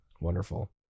Wonderful